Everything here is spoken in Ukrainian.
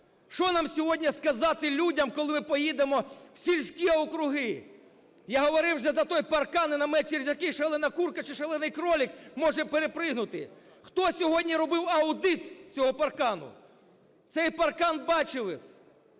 Що нам сьогодні сказати людям, коли ми поїдемо в сільські округи? Я говорив вже за той паркан і намет, через який шалена курка чи шалений кролик може перепригнути. Хто сьогодні робив аудит цього паркану? Цей паркан бачили